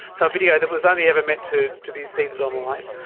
so a video that was only ever meant to to be seeded online.